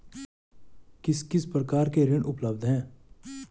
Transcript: किस किस प्रकार के ऋण उपलब्ध हैं?